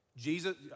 Jesus